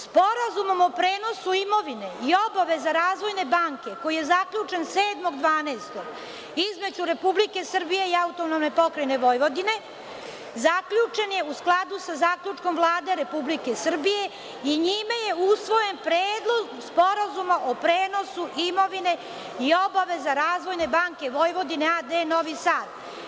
Sporazumom o prenosu imovine i obaveze Razvojne banke koji je zaključen 7. decembra između Republike Srbije i AP Vojvodine, zaključen je u skladu sa zaključkom Vlade Republike Srbije i njime je usvojen predlog Sporazuma o prenosu imovine i obaveza Razvojne banke Vojvodine a.d. Novi Sad.